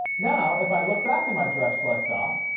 now if i look back at my direct select dock,